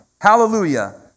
Hallelujah